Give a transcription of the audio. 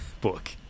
book